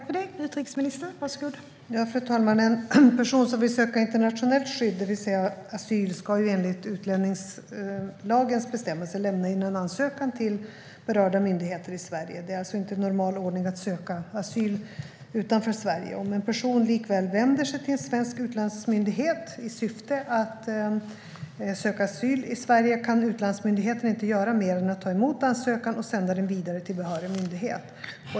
Fru talman! En person som vill söka internationellt skydd - det vill säga asyl - ska enligt utlänningslagens bestämmelser lämna in en ansökan till berörda myndigheter i Sverige. Det är alltså inte normal ordning att söka asyl utanför Sverige. Om en person likväl vänder sig till en svensk utlandsmyndighet i syfte att söka asyl i Sverige kan utlandsmyndigheten inte göra mer än att ta emot ansökan och sända den vidare till behörig myndighet.